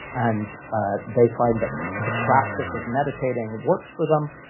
and ah they find that the practice of meditating works for them,